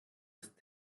ist